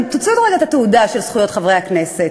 תוציאו רגע את התעודה של זכויות חברי הכנסת,